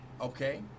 okay